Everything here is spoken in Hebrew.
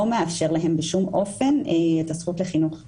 לא מאפשר להם את העניין של הלמידה.